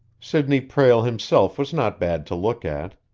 sidney prale himself was not bad to look at.